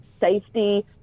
safety